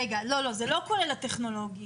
רגע זה לא כולל את הטכנולוגי,